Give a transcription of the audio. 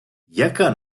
яка